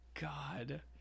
God